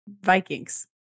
Vikings